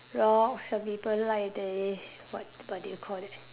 rock some people like they what what do you call that